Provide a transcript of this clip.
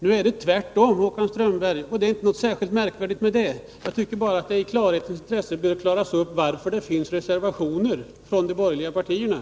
Nu är det tvärtom, Håkan Strömberg, och det är inte något särskilt märkvärdigt. Jag tycker bara att det bör klaras upp varför det Nr 38 finns reservationer från de borgerliga partierna.